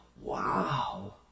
wow